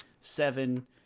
seven